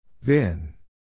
Vin